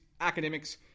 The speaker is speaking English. academics